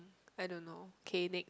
I don't K next